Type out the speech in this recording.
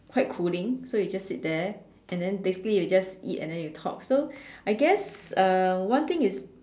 quite cooling so you just sit there and then basically you just eat and then you talk so I guess uh one thing is